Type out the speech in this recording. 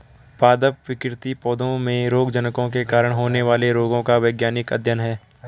पादप विकृति पौधों में रोगजनकों के कारण होने वाले रोगों का वैज्ञानिक अध्ययन है